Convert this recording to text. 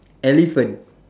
elephant